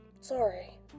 Sorry